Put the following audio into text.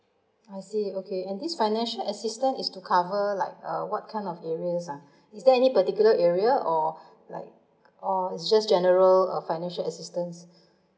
I see okay and this financial assistance is to cover like uh what kind of areas ah is there any particular area or like or is just general uh financial assistance